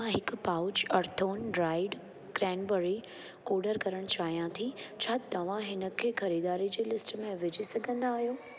मां हिकु पाउच अर्थोन ड्राइड क्रैनबेरी ऑर्डर करण चाहियां थी छा तव्हां इनखे ख़रीदारी जी लिस्ट में विझी सघंदा आहियो